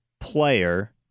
player